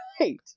Right